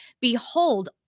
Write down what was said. Behold